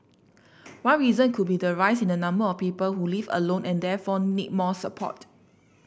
one reason could be the rise in the number of people who live alone and therefore need more support